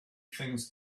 things